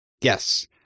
Yes